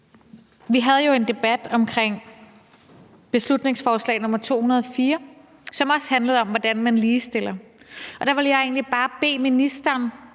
haft en debat om beslutningsforslag nr. B 204, som også handlede om, hvordan man ligestiller, og det er fint nok, hvis ministeren